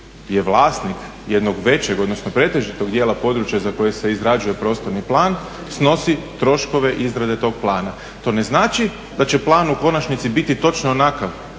je vlasnik jednog većeg, odnosno pretežitog dijela područja za koje se izrađuje prostorni plan, snosi troškove izrade tog plana. To ne znači da će plan u konačnici biti točno onakav